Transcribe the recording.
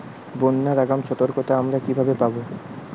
বন্যার আগাম সতর্কতা আমরা কিভাবে পাবো?